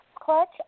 Clutch